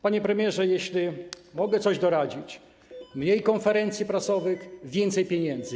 Panie premierze, jeśli mogę coś doradzić: mniej konferencji prasowych, więcej pieniędzy.